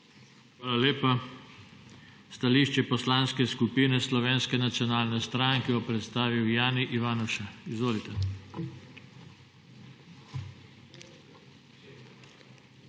Hvala lepa. Stališče Poslanske skupine Slovenske nacionalne stranke bo predstavil Jani Ivanuša. Izvolite.